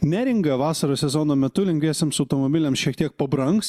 neringa vasaros sezono metu lengviesiems automobiliams šiek tiek pabrangs